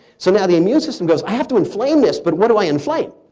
so now the immune system goes i have to inflame this, but what do i inflame?